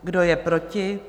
Kdo je proti?